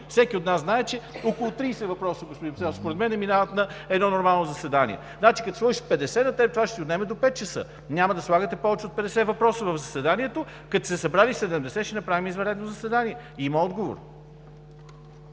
Всеки от нас знае, че около 30 въпроса, господин Председател, според мен минават на едно нормално заседание. Като сложиш 50 – това ще ти отнеме до 17,00 ч. и няма да слагате повече от 50 въпроса в заседанието. Като са се събрали 70 – ще направим извънредно заседание. Има отговор.